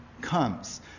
comes